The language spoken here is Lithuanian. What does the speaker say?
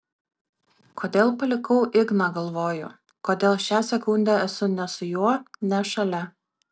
kodėl palikau igną galvoju kodėl šią sekundę esu ne su juo ne šalia